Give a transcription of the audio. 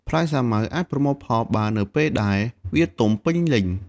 ផ្លែសាវម៉ាវអាចប្រមូលផលបាននៅពេលដែលវាទុំពេញលេញ។